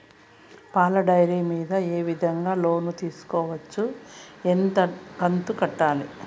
పాల డైరీ మీద ఏ విధంగా లోను తీసుకోవచ్చు? ఎంత కంతు కట్టాలి?